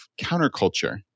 counterculture